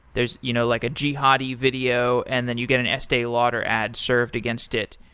there's you know like a jihadi video and then you get an estee lauder ad served against it,